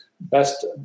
best